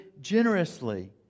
generously